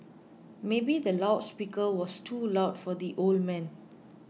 maybe the loud speaker was too loud for the old man